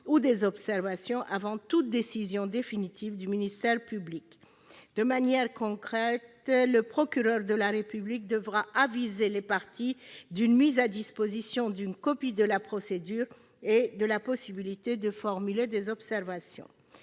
ou des observations avant toute décision définitive du ministère public. De manière concrète, le procureur de la République devra aviser les parties de la mise à disposition d'une copie de la procédure et de la faculté de formuler des observations.